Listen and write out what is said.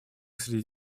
среди